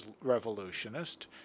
revolutionist